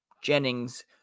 Jennings